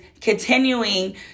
continuing